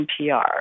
NPR